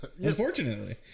Unfortunately